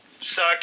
suck